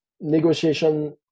negotiation